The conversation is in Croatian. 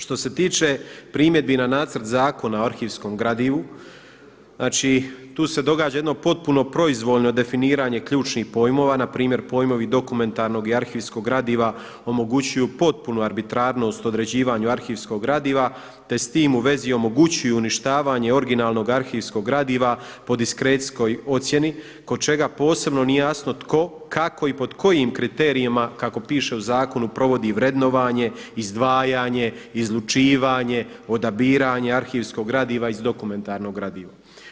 Što se tiče primjedbi na Nacrt zakona o arhivskom gradivu, znači tu se događa jedno potpuno proizvoljno definiranje ključnih pojmova, na primjer pojmovi dokumentarnog i arhivskog gradiva omogućuju potpunu arbitrarnost određivanju arhivskog gradiva, te s tim u vezi omogućuju uništavanje originalnog arhivskog gradiva po diskrecijskoj ocjeni kod čega posebno nije jasno tko, kako i pod kojim kriterijima kako piše u zakonu provodi vrednovanje, izdvajanje, izlučivanje, odabiranje arhivskog gradiva iz dokumentarno gradivo.